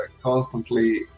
constantly